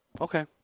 Okay